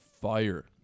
fire